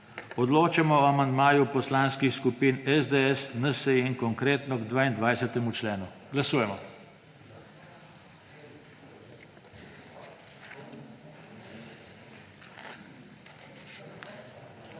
Odločamo o amandmaju Poslanskih skupin SDS, NSi in Konkretno k 22. členu. Glasujemo.